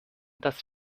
das